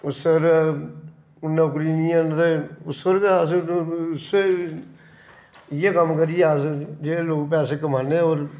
उस्सै पर हून नौकरी नेईं हैन ते उस पर अस उस्सै इ'यै कम्म करियै अस जेह्ड़े लोक पैसे कमाने आं ते होर